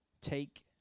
take